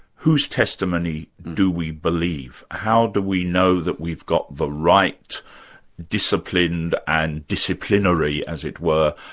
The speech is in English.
whose testimony do we believe? how do we know that we've got the right disciplined and disciplinary, as it were,